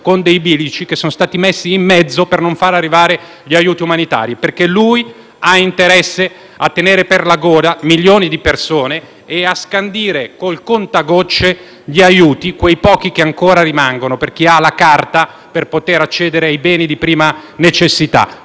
con dei bilici, che sono stati messi in mezzo per non far arrivare gli aiuti umanitari, perché ha interesse a tenere per la gola milioni di persone e a scandire con il contagocce gli aiuti (quei pochi che ancora rimangono, per chi ha la carta per poter accedere ai beni di prima necessità).